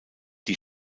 die